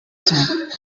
ketone